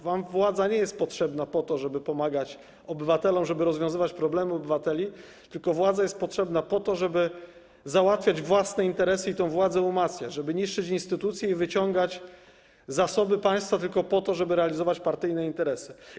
Wam władza nie jest potrzebna do tego, żeby pomagać obywatelom, żeby rozwiązywać problemy obywateli, tylko po to, żeby załatwiać własne interesy i tę władzę umacniać, żeby niszczyć instytucje i wyciągać zasoby państwa tylko po to, żeby realizować partyjne interesy.